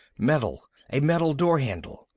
metal, a metal door handle.